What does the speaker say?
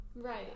Right